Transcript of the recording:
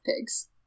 pigs